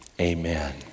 amen